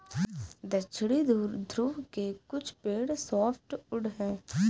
दक्षिणी ध्रुव के कुछ पेड़ सॉफ्टवुड हैं